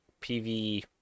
PV